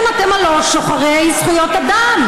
כן, אתם הלוא שוחרי זכויות אדם,